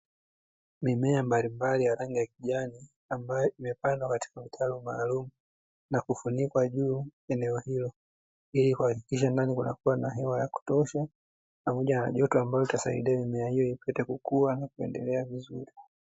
Mimea mbalimbali ya rangi ya kijani ambayo imepandwa katika mstari maalumu na kufunikwa juu eneo hilo, ili kuhakikisha ndani kuna hewa ya kutosha pamoja na joto ambalo litasaidia mimea hiyo ipate kukuwa na kuendelea vizuri.